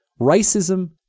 racism